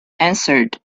answered